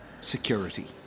security